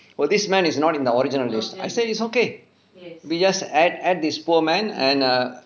oh this man is not in the original list I said it's okay we just add add this poor man and err